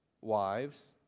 wives